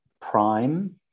prime